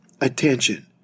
attention